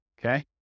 Okay